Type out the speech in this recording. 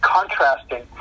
contrasting